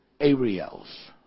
Ariel's